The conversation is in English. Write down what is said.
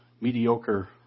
mediocre